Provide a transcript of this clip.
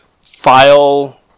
file